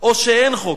או שאין חוק,